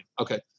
Okay